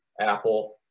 Apple